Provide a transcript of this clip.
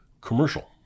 commercial